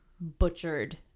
butchered